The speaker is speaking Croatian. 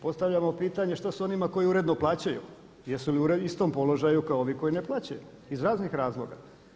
Postavljamo pitanje što sa onima koji uredno plaćaju, jesu li u istom položaju kao i ovi koji ne plaćaju, iz raznih razloga?